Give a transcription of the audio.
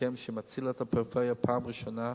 הסכם שמציל את הפריפריה פעם ראשונה.